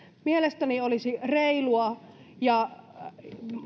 mielestäni olisi reilua ja